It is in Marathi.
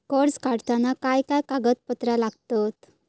कर्ज काढताना काय काय कागदपत्रा लागतत?